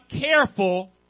careful